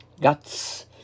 Guts